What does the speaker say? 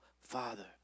father